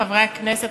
חברי הכנסת,